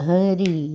Hari